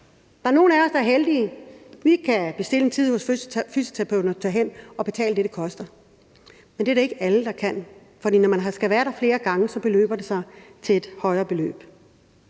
Der er nogen af os, der er heldige. Vi kan bestille en tid hos fysioterapeuten og betale det, det koster. Men det er det ikke alle der kan, for når man skal være der flere gange, beløber det sig til et større beløb.